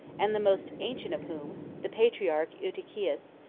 and the most ancient of whom, the patriarch eutychius,